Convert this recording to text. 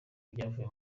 ibyavuye